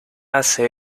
hace